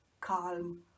calm